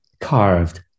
carved